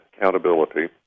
accountability